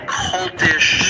cultish